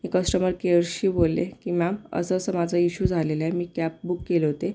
मी customer केअरशी बोलले की मॅम असं असं माझं इश्यू झालेलं आहे मी कॅब बुक केली होती